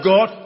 God